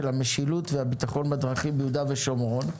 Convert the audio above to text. המשילות והביטחון בדרכים ביהודה ושומרון.